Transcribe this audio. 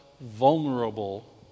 vulnerable